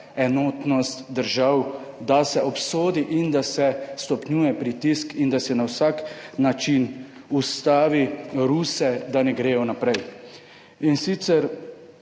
enotnost držav, da se obsodi in da se stopnjuje pritisk in da se na vsak način ustavi Ruse, da ne gredo naprej. In sicer,